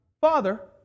Father